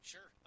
Sure